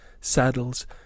saddles